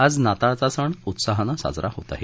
आज नाताळचा सण उत्साहाने साजरा होत आहे